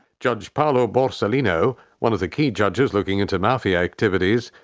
judge paolo borsellino, one of the key judges looking into mafia activities,